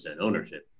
ownership